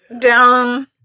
down